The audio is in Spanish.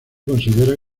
considera